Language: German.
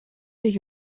der